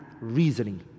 Reasoning